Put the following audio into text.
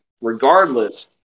regardless